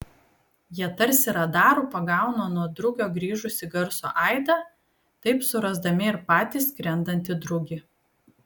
jie tarsi radaru pagauna nuo drugio grįžusį garso aidą taip surasdami ir patį skrendantį drugį